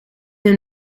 een